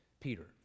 Peter